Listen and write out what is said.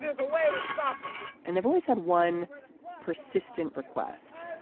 there's a way to stop and they've always had one persistent request